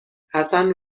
حسن